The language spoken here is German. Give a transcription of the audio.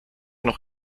noch